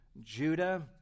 Judah